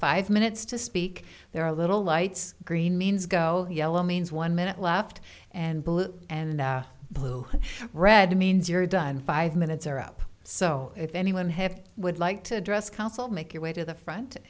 five minutes to speak they're a little lights green means go yellow means one minute left and blue and blue red means you're done five minutes are up so if anyone have would like to address council make your way to the front